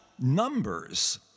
numbers